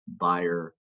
buyer